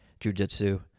jujitsu